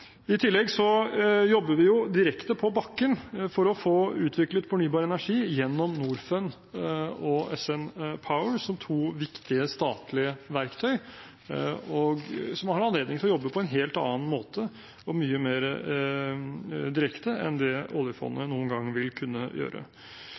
I tillegg jobber vi direkte på bakken for å få utviklet fornybar energi gjennom Norfund og SN Power som to viktige statlige verktøy, som har anledning til å jobbe på en helt annen og mye mer direkte måte enn det oljefondet noen gang vil kunne gjøre.